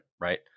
Right